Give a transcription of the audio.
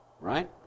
Right